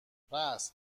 رآس